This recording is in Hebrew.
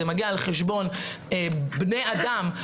זה מגיע על חשבון בני אדם.